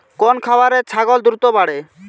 কোন খাওয়ারে ছাগল দ্রুত বাড়ে?